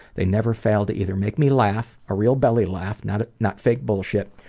they never fail to either make me laugh a real belly laugh, not not fake bullshit,